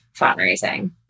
fundraising